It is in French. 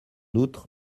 outre